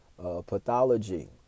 pathology